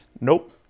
nope